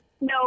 No